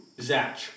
Zach